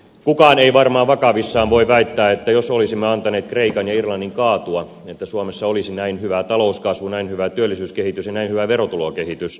kukaan ei varmaan vakavissaan voi väittää että jos olisimme antaneet kreikan ja irlannin kaatua suomessa olisi näin hyvä talouskasvu näin hyvä työllisyyskehitys ja näin hyvä verotulokehitys nähty